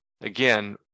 again